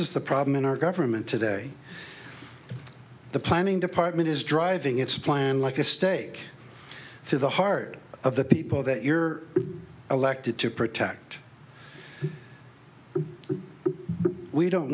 is the problem in our government today the planning department is driving its plan like a stake through the heart of the people that you're elected to protect we don't